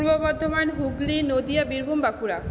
Purba Bardhaman Hooghly Nadia Birbhum Bankura